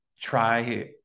try